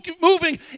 moving